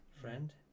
friend